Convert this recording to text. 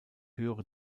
höhere